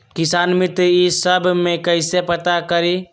किसान मित्र ई सब मे कईसे पता करी?